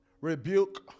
rebuke